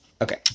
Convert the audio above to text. Okay